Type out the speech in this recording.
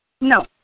No